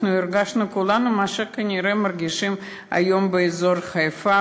אנחנו הרגשנו כולנו מה שכנראה מרגישים היום באזור חיפה